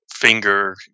finger